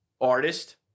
artist